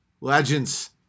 legends